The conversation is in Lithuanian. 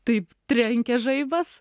taip trenkė žaibas